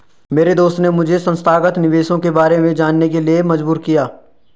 मेरे दोस्त ने मुझे संस्थागत निवेशकों के बारे में जानने के लिए मजबूर किया